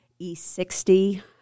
E60